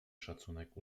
szacunek